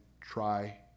try